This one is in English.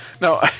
No